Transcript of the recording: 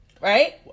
right